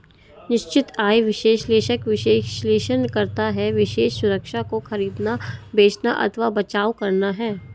निश्चित आय विश्लेषक विश्लेषण करता है विशेष सुरक्षा को खरीदना, बेचना अथवा बचाव करना है